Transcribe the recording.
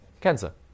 Cancer